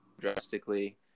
drastically